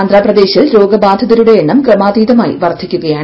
ആന്ധ്രാപ്രദേശിൽ രോഗബാധിതരുടെ എണ്ണം ക്രമാതീതമായി വർധിക്കുകയാണ്